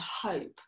hope